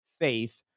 Faith